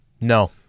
No